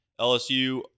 LSU